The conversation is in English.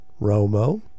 Romo